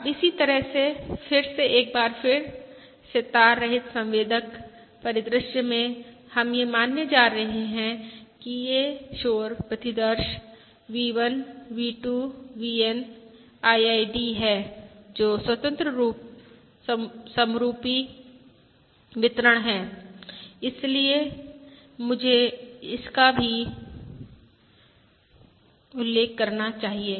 अब इसी तरह फिर से एक बार फिर से तार रहित संवेदक परिदृश्य में हम यह मानने जा रहे हैं कि ये शोर प्रतिदर्श V1 V2 VN IID हैं जो स्वतंत्र समरुपी वितरण हैं इसलिए मुझे इसका भी उल्लेख करना चाहिए